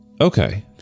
Okay